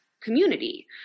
community